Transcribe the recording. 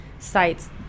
sites